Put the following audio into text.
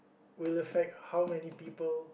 will affect how many people